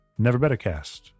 neverbettercast